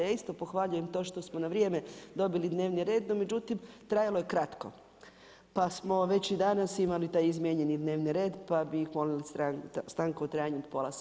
Ja isto pohvaljujem to što smo na vrijeme dobili dnevni red, no međutim, trajalo je kratko, pa smo već i danas imali taj izmijenjeni dnevni red, pa bi molili stanku od trajanju od pola sata.